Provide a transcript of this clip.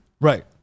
Right